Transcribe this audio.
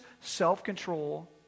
self-control